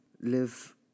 live